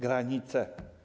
Granice.